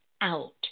out